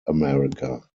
america